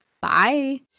Bye